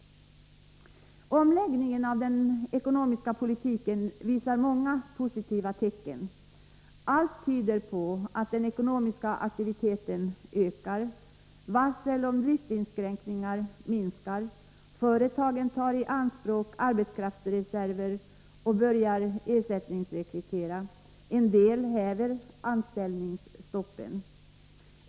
Omläggningen av den ekonomiska politiken visar många positiva tecken. Allt tyder på att den ekonomiska aktiviteten ökar. Antalet varsel om driftinskränkningar minskar. Företagen tar i anspråk arbetskraftsreserver och börjar ersättningsrekrytera, en del häver anställningsstoppen.